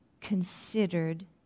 considered